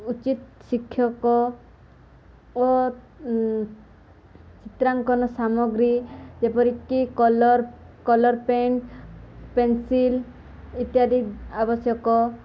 ଉଚିତ ଶିକ୍ଷକ ଓ ଚିତ୍ରାଙ୍କନ ସାମଗ୍ରୀ ଯେପରିକି କଲର୍ କଲର୍ ପେନ୍ ପେନସିଲ୍ ଇତ୍ୟାଦି ଆବଶ୍ୟକ